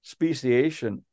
speciation